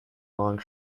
long